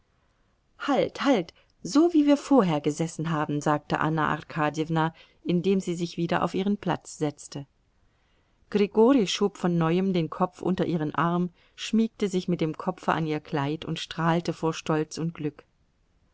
halt halt so wie wir vorher gesessen haben sagte anna arkadjewna indem sie sich wieder auf ihren platz setzte grigori schob von neuem den kopf unter ihren arm schmiegte sich mit dem kopfe an ihr kleid und strahlte vor stolz und glück